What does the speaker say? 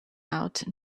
out